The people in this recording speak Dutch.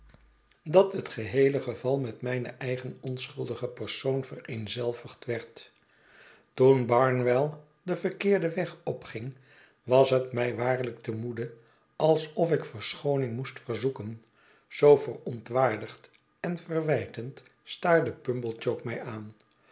dat het geheele geval met mijn eigen onschuldigen persoon vereenzelvigd werd toen barnwell den verkeerden weg opging was het mij waarlijk te moede alsof ikverschooning moest verzoeken zoo verontwaardigd en verwijtend staarde pumblechook mij aan